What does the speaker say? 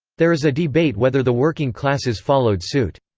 there is a debate whether the working classes followed suit.